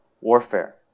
warfare